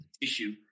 tissue